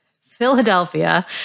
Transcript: Philadelphia